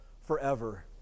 forever